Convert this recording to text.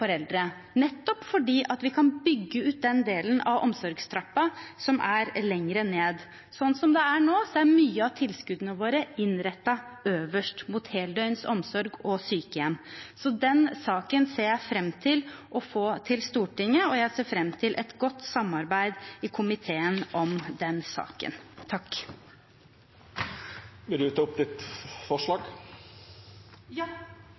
nettopp for at vi kan bygge ut den delen av omsorgstrappen som er lenger ned. Sånn som det er nå, er mange av tilskuddene våre innrettet øverst, mot heldøgns omsorg og sykehjem. Den saken ser jeg fram til å få til Stortinget, og jeg ser fram til et godt samarbeid i komiteen om den. Vil representanten ta opp forslag? Ja,